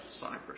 Cyprus